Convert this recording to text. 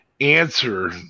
answer